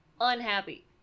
unhappy